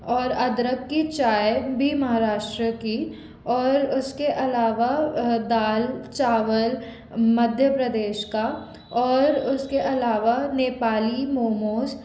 और अदरक की चाय भी महाराष्ट्र की और उसके अलावा दाल चावल मध्य प्रदेश का और उसके अलावा नेपाली मोमोज़